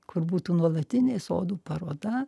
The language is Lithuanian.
kur būtų nuolatinė sodų paroda